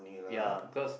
ya cause